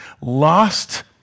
Lost